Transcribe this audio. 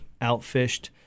outfished